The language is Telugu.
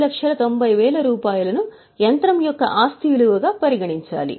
490000 ను యంత్రం ఉపయోగకరమైన జీవితంపై తగ్గించాలి